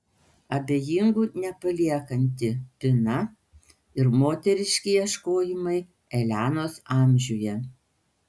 abejingų nepaliekanti pina ir moteriški ieškojimai elenos amžiuje